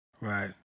Right